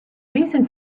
reason